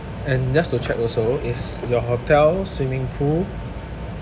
and just to check also is your hotel swimming pool